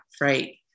Right